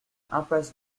impasse